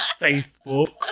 Facebook